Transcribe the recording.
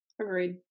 agreed